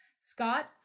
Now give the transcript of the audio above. Scott